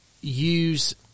use